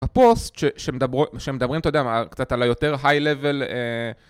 הפוסט שמדברים, אתה יודע, קצת על היותר היי-לבל